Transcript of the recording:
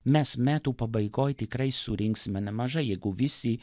mes metų pabaigoj tikrai surinksime nemažai jeigu visi